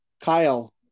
Kyle